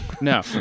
No